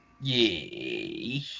Yay